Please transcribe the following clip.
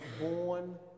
born